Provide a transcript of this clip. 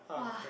!wah!